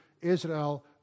Israel